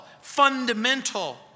fundamental